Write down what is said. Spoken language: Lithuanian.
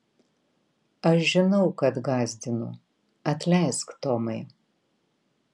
aš žinau kad gąsdinu atleisk tomai